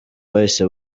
bahise